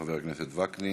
חבר הכנסת וקנין,